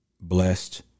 blessed